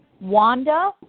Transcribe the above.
wanda